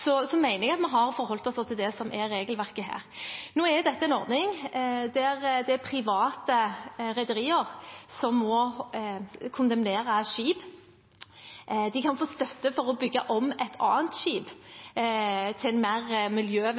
mener jeg at vi har forholdt oss til det som er regelverket her. Dette er en ordning der private rederier som må kondemnere et skip, kan få støtte til å bygge om et annet skip i mer miljø- og